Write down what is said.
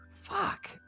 fuck